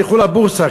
תלכו לבורסה,